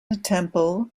temple